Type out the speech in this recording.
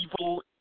evil